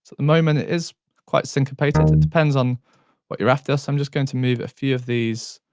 moment it is quite syncopated, it depends on what you're after so i'm just going to move a few of these